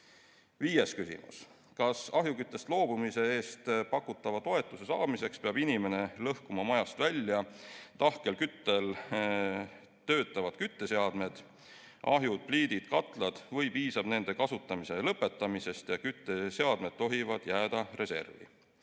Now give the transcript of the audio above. Viies küsimus: "Kas ahjuküttest loobumise eest pakutava toetuse saamiseks peab inimene lõhkuma majast välja tahkel küttel töötavad kütteseadmed – ahjud, pliidid, katlad või piisab nende kasutamise lõpetamisest ja kütteseadmed tohivad jääda reservi?"